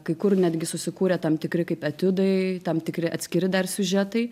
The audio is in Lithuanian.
kai kur netgi susikūrė tam tikri kaip etiudai tam tikri atskiri dar siužetai